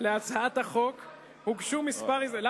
להצעת החוק הוגשו כמה הסתייגויות.